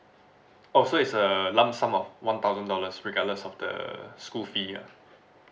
oh so it's a lump sum of one thousand dollars regardless of the school fee ah